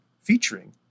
featuring